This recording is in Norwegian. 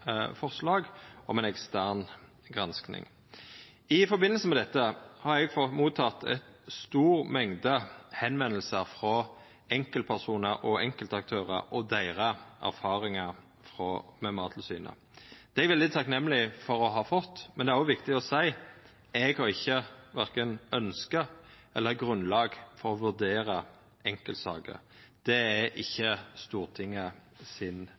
forslag om ei ekstern gransking. I samband med dette har ei stor mengd enkeltpersonar og enkeltaktørar kontakta meg om erfaringane sine med Mattilsynet. Det er eg veldig takknemlig for å ha fått, men det er òg viktig å seia at eg verken har noko ønske om eller grunnlag for å vurdera enkeltsaker. Det er ikkje